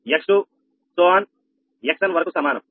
𝑥𝑛 వరకు సమానం